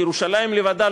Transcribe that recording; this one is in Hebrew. כי ירושלים לבדה,